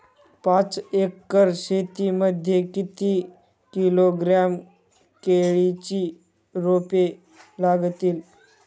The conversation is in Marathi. पाच एकर शेती मध्ये किती किलोग्रॅम केळीची रोपे लागतील?